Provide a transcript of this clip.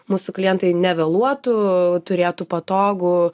mūsų klientai nevėluotų turėtų patogų